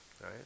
Right